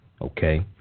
okay